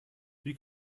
wie